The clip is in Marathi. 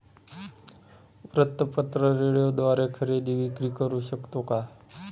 वृत्तपत्र, रेडिओद्वारे खरेदी विक्री करु शकतो का?